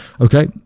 okay